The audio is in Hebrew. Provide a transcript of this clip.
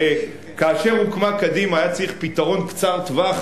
הרי כאשר הוקמה קדימה היה צריך פתרון קצר-טווח